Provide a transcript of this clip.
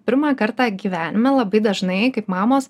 pirmą kartą gyvenime labai dažnai kaip mamos